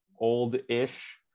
old-ish